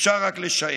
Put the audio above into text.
אפשר רק לשער.